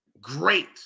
Great